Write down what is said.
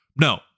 no